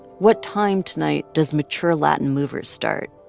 what time tonight does mature latin movers start?